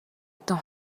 бүтэн